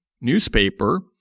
newspaper